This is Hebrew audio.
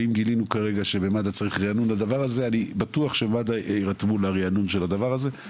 אם גילינו כרגע שבמד"א צריך ריענון לדבר הזה, אני